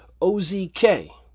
OZK